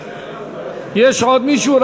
בעד יש עוד מישהו,